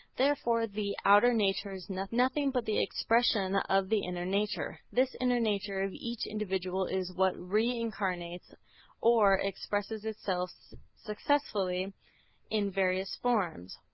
therefore the outer nature is nothing but the expression of the inner nature. this inner nature of each individual individual is what re-incarnates or expresses itself successively in various forms,